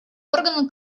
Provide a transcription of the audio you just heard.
органа